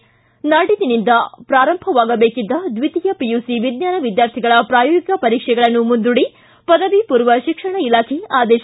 ಿ ನಾಡಿದ್ದಿನಿಂದ ಪ್ರಾರಂಭವಾಗಬೇಕಿದ್ದ ದ್ವಿತೀಯ ಪಿಯುಸಿ ವಿಜ್ಞಾನ ವಿದ್ಯಾರ್ಥಿಗಳ ಪ್ರಾಯೋಗಿಕ ಪರೀಕ್ಷೆಗಳನ್ನು ಮುಂದೂಡಿ ಪದವಿಮೂರ್ವ ಶಿಕ್ಷಣ ಇಲಾಖೆ ಆದೇಶ